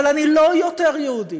אבל אני לא יותר יהודייה